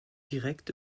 direkt